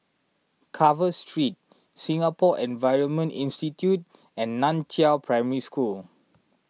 Carver Street Singapore Environment Institute and Nan Chiau Primary School